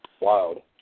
wild